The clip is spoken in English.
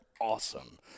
awesome